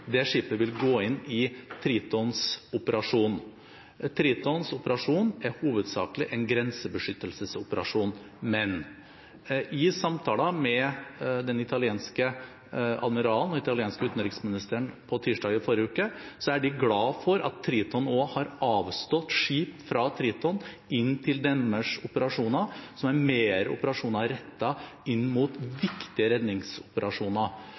skipet vil gå inn i Tritons operasjon. Tritons operasjon er hovedsakelig en grensebeskyttelsesoperasjon, men i samtaler med den italienske admiralen og den italienske utenriksministeren på tirsdag i forrige uke var de glade for at Triton nå har avstått skip fra Triton inn til deres operasjoner, som er operasjoner mer rettet inn mot viktige redningsoperasjoner.